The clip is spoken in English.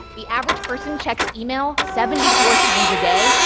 the average person checks email seventy four times a day,